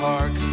Park